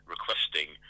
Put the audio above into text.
requesting